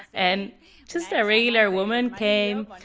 and just a regular woman came, like